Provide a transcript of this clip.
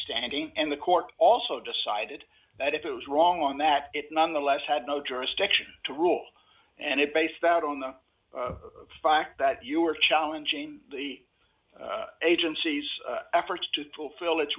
standing and the court also decided that it was wrong on that it nonetheless had no jurisdiction to rule and it based out on the fact that you are challenging the agency's efforts to fulfill it